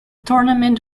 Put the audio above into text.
tournament